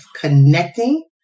connecting